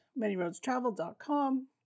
manyroadstravel.com